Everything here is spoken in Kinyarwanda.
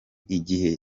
igihe